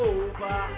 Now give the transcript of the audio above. over